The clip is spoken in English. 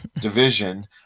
division